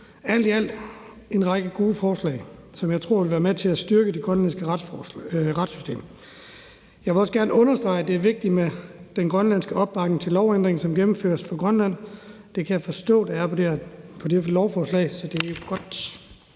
alt er det en række gode forslag, som jeg tror vil være med til at styrke det grønlandske retssystem. Jeg vil også gerne understrege, at det er vigtigt med den grønlandske opbakning til lovændringen, som gennemføres for Grønland. Det kan jeg forstå der er til det her lovforslag, så det er godt.